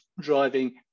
driving